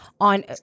on